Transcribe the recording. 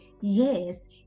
yes